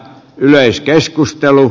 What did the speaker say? yleiskeskustelu